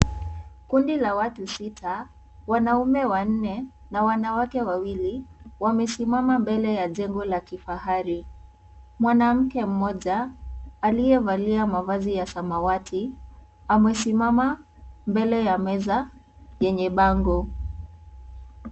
Kundi la watu sita, wanaume wanne na wanawake wawili wamesimama mbele ya jengo la kifahari, mwanamke mmoja aliyevalia mavazi ya samawati amesimama mbele ya meza yenye bango.